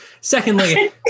Secondly